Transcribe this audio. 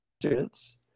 students